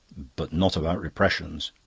but not about repressions.